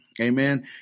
Amen